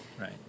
Right